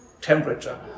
temperature